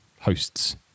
hosts